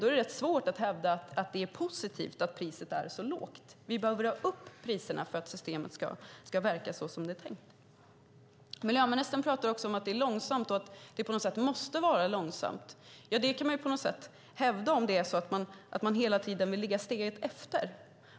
Då är det rätt svårt att hävda att det är positivt att priset är så lågt. Vi behöver ha upp priserna för att systemet ska verka så som det är tänkt. Miljöministern talar också om att det är långsamt och att det på något sätt måste vara långsamt. Det kan man hävda om man hela tiden vill ligga steget efter.